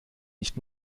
nicht